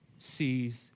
sees